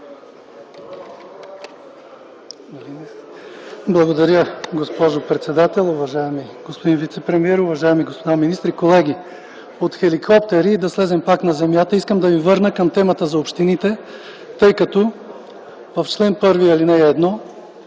Благодаря, госпожо председател. Уважаеми господин вицепремиер, уважаеми господа министри, колеги! От хеликоптери да слезем пак на земята. Искам да ви върна към темата за общините, тъй като в чл. 1, ал. 1